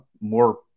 more